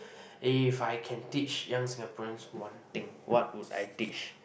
if I can teach young Singaporeans one thing what would I teach